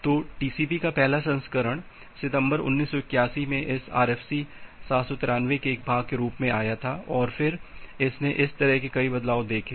तो टीसीपी का पहला संस्करण सितंबर 1981 में इस RFC 793 के एक भाग के रूप में आया और फिर इसने इस तरह के कई बदलाव देखे